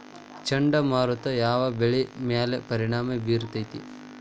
ಚಂಡಮಾರುತ ಯಾವ್ ಬೆಳಿ ಮ್ಯಾಲ್ ಪರಿಣಾಮ ಬಿರತೇತಿ?